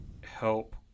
help